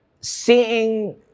seeing